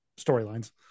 storylines